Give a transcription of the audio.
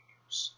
use